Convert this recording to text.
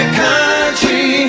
country